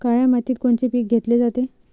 काळ्या मातीत कोनचे पिकं घेतले जाते?